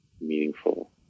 meaningful